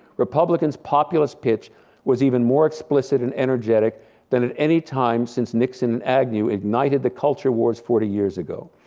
republicans populous pitch was even more explicit and energetic than at any time since nixon and agnew ignited the culture wars forty years ago.